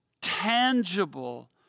tangible